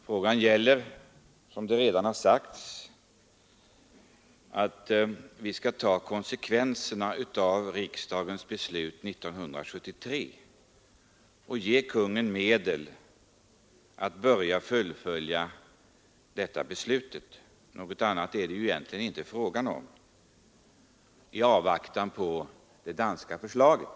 Frågan gäller, såsom det redan har sagts, att vi skall ta konsekvenserna av riksdagens beslut år 1973 och ge kungen medel att börja fullfölja detta beslut — något annat är det ju egentligen inte fråga om — i avvaktan på det danska beslutet.